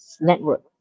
network